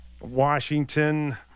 Washington